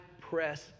press